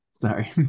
Sorry